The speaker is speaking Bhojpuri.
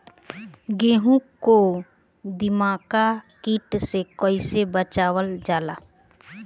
गेहूँ को दिमक किट से कइसे बचावल जाला?